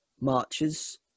marches